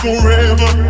Forever